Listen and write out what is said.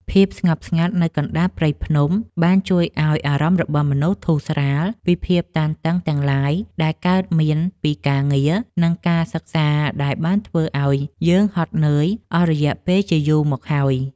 ភាពស្ងប់ស្ងាត់នៅកណ្ដាលព្រៃភ្នំជួយឱ្យអារម្មណ៍របស់មនុស្សបានធូរស្រាលពីភាពតានតឹងទាំងឡាយដែលកើតមានពីការងារ និង ការសិក្សាដែលបានធ្វើឱ្យយើងហត់នឿយអស់រយៈពេលជាយូរមកហើយ។